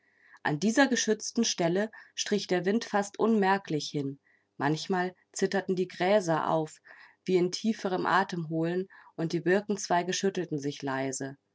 an dieser geschützten stelle strich der wind fast unmerklich hin manchmal zitterten die gräser auf wie im tieferen atemholen und die birkenzweige schüttelten sich leise